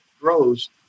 grows